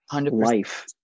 life